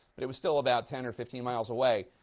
but it was still about ten or fifteen miles away.